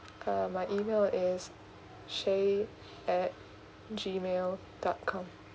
uh my email is shaye at G mail dot com